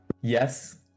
yes